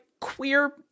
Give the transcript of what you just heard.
queer